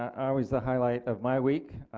always the highlight of my week.